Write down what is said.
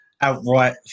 outright